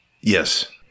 Yes